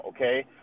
okay